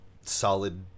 solid